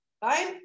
Fine